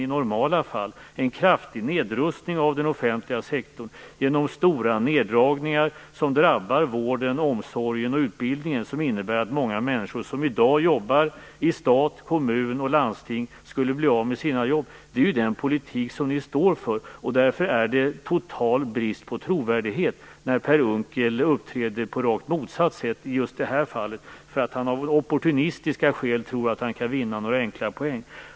Den politik som ni står för är en kraftig nedrustning av den offentliga sektorn genom stora neddragningar som drabbar vården, omsorgen och utbildningen, och den innebär att många människor som i dag jobbar i stat, kommun och landsting skulle bli av med sina jobb. Per Unckel visar därför en total brist på trovärdighet när han uppträder på rakt motsatt sätt i just det här fallet, för att han av opportunistiska skäl tror sig kunna vinna några enkla poäng.